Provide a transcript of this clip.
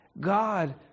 God